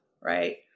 right